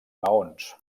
maons